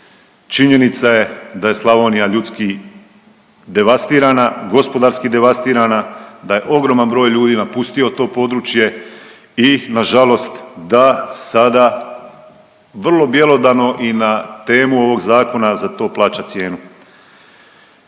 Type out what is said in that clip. Činjenica je da je Slavonija ljudski devastirana, gospodarski devastirana, da je ogroman broj ljudi napustio to područje i nažalost da sada vrlo bjelodano i na temu ovog zakona za to plaća cijenu.